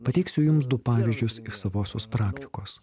pateiksiu jums du pavyzdžius iš savosios praktikos